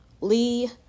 Lee